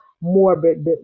morbid